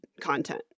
content